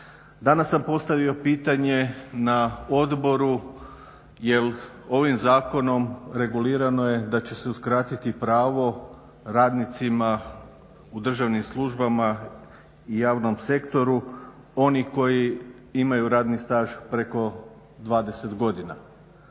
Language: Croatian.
Danas sam postavio pitanje na odboru jel ovim zakonom regulirano je da će se uskratiti pravo radnicima u državnim službama i javnom sektoru onih koji imaju radni staž preko 20 godina.